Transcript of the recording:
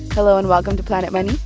hello, and welcome to planet money?